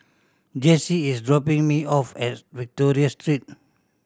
Jessee is dropping me off at Victoria Street